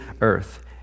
earth